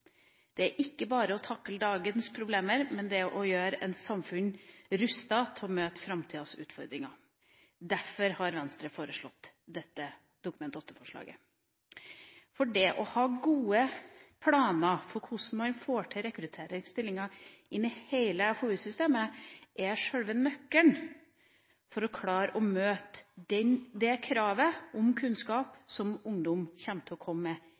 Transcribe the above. Det er ikke bare å takle dagens problemer, men det er å gjøre et samfunn rustet til å møte framtidas utfordringer. Derfor har Venstre satt fram dette Dokument 8-forslaget. Det å ha gode planer for hvordan man skal få til rekrutteringsstillinger inn i hele FoU-systemet, er sjølve nøkkelen for å klare å møte det kravet om kunnskap som ungdom vil komme med